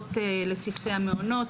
הכשרות לצוותי המעונות.